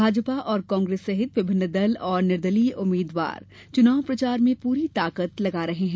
भाजपा और कांग्रेस सहित विभिन्न दल और निर्दलीय उम्मीद्वार चुनाव प्रचार में पूरी ताकत लगा रहे हैं